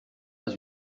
pas